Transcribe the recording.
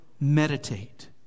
meditate